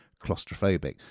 claustrophobic